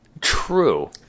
True